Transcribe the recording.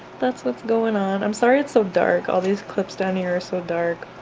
that's what's going on, i'm sorry it's so dark, all these clips down here are so dark,